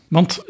Want